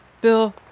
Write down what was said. Bill